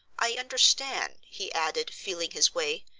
i understand, he added, feeling his way,